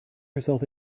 herself